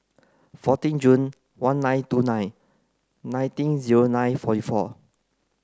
fourteen Jun one nine two nine nineteen zero nine fourty four